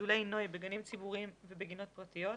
לגידולי נוי בגנים ציבוריים ובגינות פרטיות.